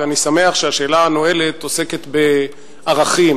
ואני שמח שהשאלה הנועלת עוסקת בערכים,